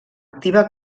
activa